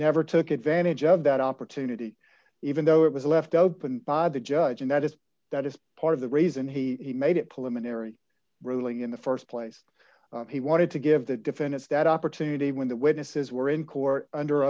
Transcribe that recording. never took advantage of that opportunity even though it was left open by the judge and that is that is part of the reason he made it political ruling in the st place he wanted to give the defendants that opportunity when the witnesses were in court under